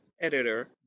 editor